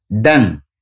done